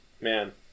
Man